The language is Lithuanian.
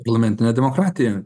parlamentinė demokratija